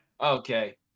okay